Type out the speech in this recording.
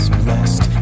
blessed